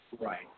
Right